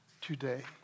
today